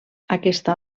aquesta